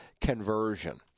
conversion